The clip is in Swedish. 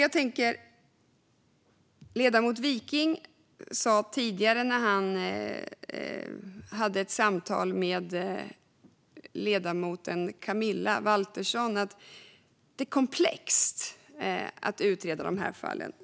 Ledamoten Wiking sa tidigare i ett replikskifte med ledamoten Camilla Waltersson Grönvall att det är komplext att utreda de här fallen.